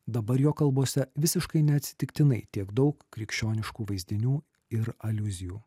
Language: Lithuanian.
dabar jo kalbose visiškai neatsitiktinai tiek daug krikščioniškų vaizdinių ir aliuzijų